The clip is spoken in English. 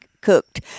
cooked